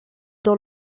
dans